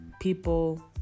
people